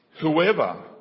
whoever